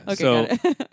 okay